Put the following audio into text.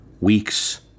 weeks